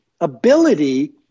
ability